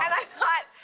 i thought,